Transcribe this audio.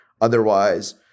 Otherwise